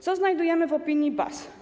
Co znajdujemy w opinii BAS?